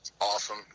Awesome